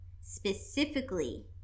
specifically